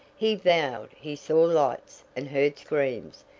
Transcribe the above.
he vowed he saw lights, and heard screams.